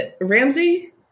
Ramsey